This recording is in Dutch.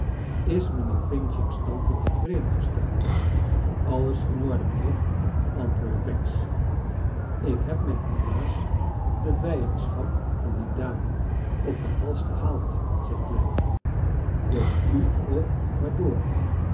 mijnheer f's tante tevreden gesteld alles in orde mijnheer antwoordde pancks ik heb mij helaas de vijandschap van die dame op den hals gehaald zei clennam w eet u ook waardoor